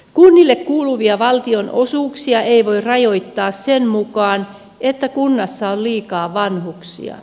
kunnille kuuluvia valtionosuuksia ei voi rajoittaa sen mukaan että kunnassa on liikaa vanhuksia